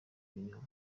binyoma